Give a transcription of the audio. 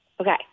Okay